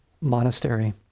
monastery